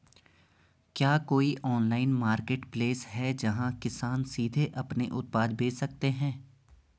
क्या कोई online marketplace है, जहां किसान सीधे अपने उत्पाद बेच सकते हैं?